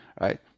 Right